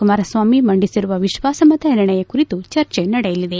ಕುಮಾರಸ್ವಾಮಿ ಮಂಡಿಸಿರುವ ವಿಶ್ವಾಸಮತ ನಿರ್ಣಯ ಕುರಿತು ಚರ್ಚೆ ನಡೆಯಲಿದೆ